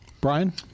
Brian